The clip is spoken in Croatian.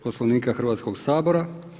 Poslovnika Hrvatskog sabora.